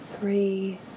three